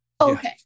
Okay